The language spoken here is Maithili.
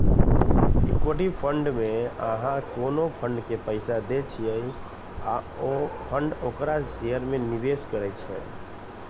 इक्विटी फंड मे अहां कोनो फंड के पैसा दै छियै आ ओ फंड ओकरा शेयर मे निवेश करै छै